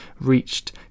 reached